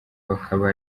bakaba